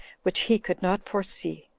which he could not foresee.